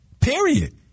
Period